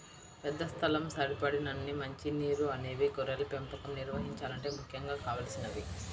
పెద్ద స్థలం, సరిపడినన్ని మంచి నీరు అనేవి గొర్రెల పెంపకం నిర్వహించాలంటే ముఖ్యంగా కావలసినవి